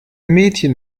mädchen